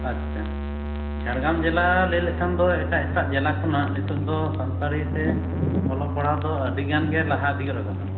ᱟᱪᱪᱷᱟ ᱡᱷᱟᱲᱜᱨᱟᱢ ᱡᱮᱞᱟ ᱞᱟᱹᱭ ᱞᱮᱠᱷᱟᱱ ᱫᱚ ᱮᱴᱟᱜ ᱮᱴᱟᱜ ᱡᱮᱞᱟ ᱠᱷᱚᱱᱟᱜ ᱱᱤᱴᱳᱜ ᱫᱚ ᱥᱟᱱᱛᱟᱲᱤ ᱛᱮ ᱚᱞᱚᱜ ᱯᱟᱲᱦᱟᱜ ᱫᱚ ᱟᱹᱰᱤ ᱜᱟᱱ ᱜᱮ ᱞᱟᱦᱟ ᱤᱫᱤ ᱟᱠᱟᱱᱟ